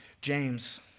James